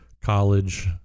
college